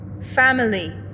Family